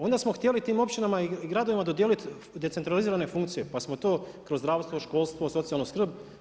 Onda smo htjeli tim općinama i gradovima dodijeliti decentralizirane funkcije pa smo to kroz zdravstvo, školstvo, socijalnu skrb.